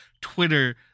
Twitter